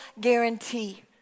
guarantee